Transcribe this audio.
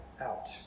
out